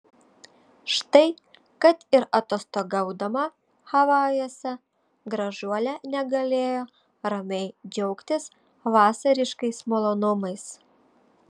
štai kad ir atostogaudama havajuose gražuolė negalėjo ramiai džiaugtis vasariškais malonumais